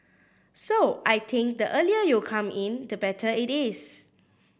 so I think the earlier you come in the better it is